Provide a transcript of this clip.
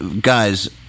Guys